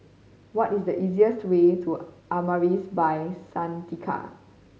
what is the easiest way to Amaris By Santika